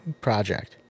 project